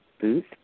Booth